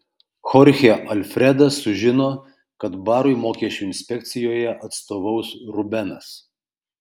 chorchė alfredas sužino kad barui mokesčių inspekcijoje atstovaus rubenas